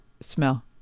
smell